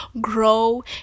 grow